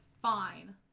Fine